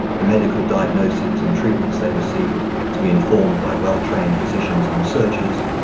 the medical diagnoses and treatments they receive to be informed by well-trained physicians and researchers,